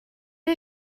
did